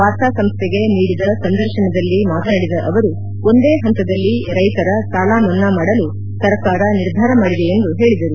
ವಾರ್ತಾ ಸಂಸ್ಟೆಗೆ ನೀಡಿದ ಸಂದರ್ಶನದಲ್ಲಿ ಮಾತನಾಡಿದ ಅವರು ಒಂದೇ ಹಂತದಲ್ಲಿ ರೈತರ ಸಾಲಮನ್ನಾ ಮಾಡಲು ಸರ್ಕಾರ ನಿರ್ಧಾರ ಮಾಡಿದೆ ಎಂದು ಹೇಳಿದರು